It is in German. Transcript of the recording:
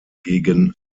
gegen